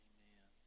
Amen